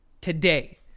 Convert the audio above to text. today